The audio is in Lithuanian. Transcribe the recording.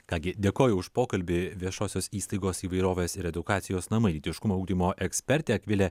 ką gi dėkoju už pokalbį viešosios įstaigos įvairovės ir edukacijos namai lytiškumo ugdymo ekspertė akvilė